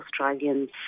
Australians